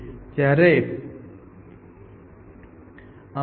હવે મારો મતલબ હમણાં જ નહીં પણ થોડો વહેલો